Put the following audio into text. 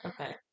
Okay